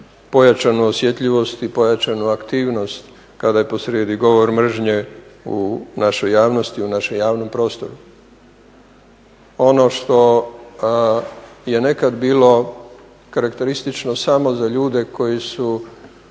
pojačanu osjetljivost i pojačanu aktivnost kada je posrijedi govor mržnje u našoj javnosti, u našem javnom prostoru. Ono što je nekad bilo karakteristično samo za ljude koji su